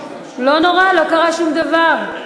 לא נורא, לא קרה שום דבר,